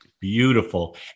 Beautiful